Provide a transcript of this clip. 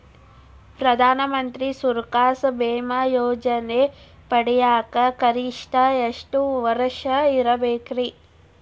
ಪ್ರಧಾನ ಮಂತ್ರಿ ಸುರಕ್ಷಾ ಭೇಮಾ ಯೋಜನೆ ಪಡಿಯಾಕ್ ಗರಿಷ್ಠ ಎಷ್ಟ ವರ್ಷ ಇರ್ಬೇಕ್ರಿ?